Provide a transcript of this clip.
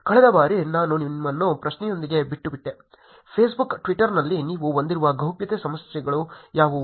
ಕಳೆದ ಬಾರಿ ನಾನು ನಿನ್ನನ್ನು ಪ್ರಶ್ನೆಯೊಂದಿಗೆ ಬಿಟ್ಟುಬಿಟ್ಟೆ ಫೇಸ್ಬುಕ್ ಟ್ವಿಟರ್ನಲ್ಲಿ ನೀವು ಹೊಂದಿರುವ ಗೌಪ್ಯತೆ ಸಮಸ್ಯೆಗಳು ಯಾವುವು